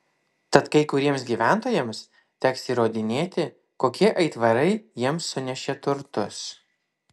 tad kai kuriems gyventojams teks įrodinėti kokie aitvarai jiems sunešė turtus